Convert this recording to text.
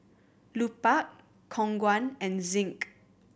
Lupark Khong Guan and Zinc